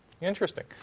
Interesting